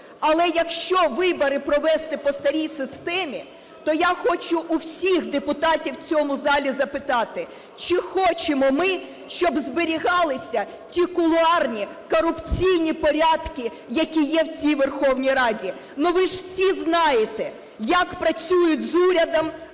але якщо вибори провести по старій системі, то я хочу у всіх депутатів в цьому залі запитати, чи хочемо ми, щоб зберігалися ті кулуарні корупційні порядки, які є в цій Верховній Раді? Ну, ви ж усі знаєте, як працюють з урядом